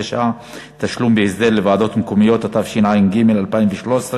69) (תשלום בהסדר לוועדות מקומיות), התשע"ג 2013,